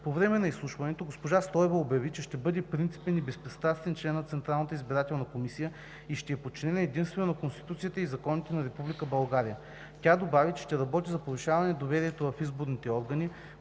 По време на изслушването госпожа Стоева обяви, че ще бъде принципен и безпристрастен член на Централната избирателна комисия и ще е подчинена единствено на Конституцията и законите на Република България. Тя добави, че ще работи за повишаване доверието в изборните органи